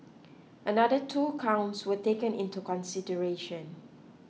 another two counts were taken into consideration